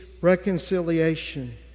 reconciliation